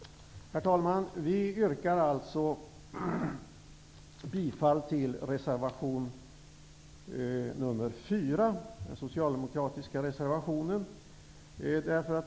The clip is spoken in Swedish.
Herr talman! Jag yrkar bifall till den socialdemokratiska reservationen nr 4.